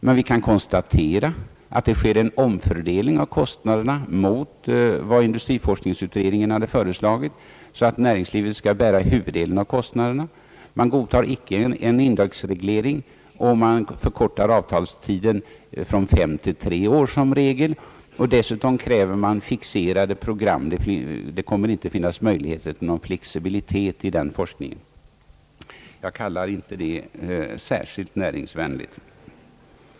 Men vi kan konstatera att det sker en omfördelning av kostnaderna mot vad industriforskningsutredningen hade föreslagit, så att näringslivet skall bära huvuddelen av kostnaderna. Man godtar inte en indexreglering och man förkortar avtalstiden från fem till tre år som regel. Dessutom kräver man fixerade program — det kommer inte att finnas möjlighet till någon flexibilitet i den forskningen. Det kallar jag inte särskilt näringsvänligt.